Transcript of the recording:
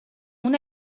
una